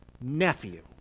nephew